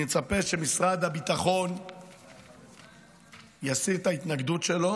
אני מצפה שמשרד הביטחון יסיר את ההתנגדות שלו,